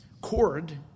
cord